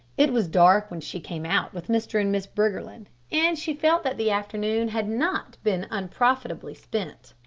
it was dark when she came out with mr. and miss briggerland, and she felt that the afternoon had not been unprofitably spent.